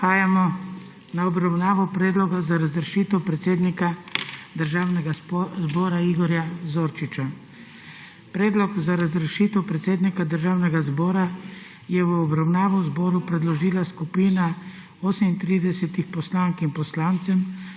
Prehajamo na obravnavo Predloga za razrešitev predsednika Državnega zbora Igorja Zorčiča. Predlog za razrešitev predsednika Državnega zbora je v obravnavo zboru predložila skupina 38 poslank in poslancev